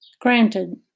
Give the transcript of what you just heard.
Granted